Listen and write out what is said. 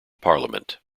parliament